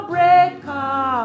Breaker